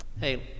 Hey